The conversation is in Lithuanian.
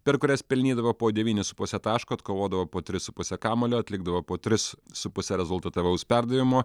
per kurias pelnydavo po devynis su puse taško atkovodavo po tris su puse kamuolio atlikdavo po tris su puse rezultatyvaus perdavimo